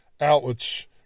outlets